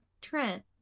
Trent